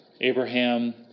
Abraham